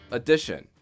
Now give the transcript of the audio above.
edition